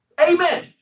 Amen